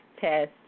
test